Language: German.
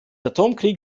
atomkrieg